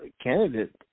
candidate